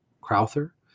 Crowther